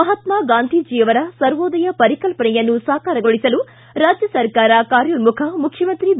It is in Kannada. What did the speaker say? ಮಹಾತ್ಮಾ ಗಾಂಧೀಜಿ ಅವರ ಸರ್ವೋದಯ ಪರಿಕಲ್ಪನೆ ಸಾಕಾರಗೊಳಿಸಲು ರಾಜ್ಯ ಸರ್ಕಾರ ಕಾರ್ಯೋನ್ಮುಖ ಮುಖ್ಯಮಂತ್ರಿ ಬಿ